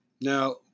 Now